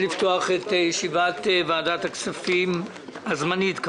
אני מתכבד לפתוח את ישיבת ועדת הכספים הזמנית.